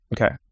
Okay